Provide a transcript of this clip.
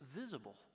visible